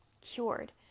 Cured